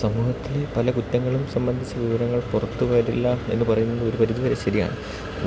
സമൂഹത്തിലെ പല കുറ്റങ്ങളും സംബന്ധിച്ച വിവരങ്ങൾ പുറത്തുവരില്ല എന്നു പറയുന്നത് ഒരു പരിധിവരെ ശരിയാണ്